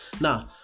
Now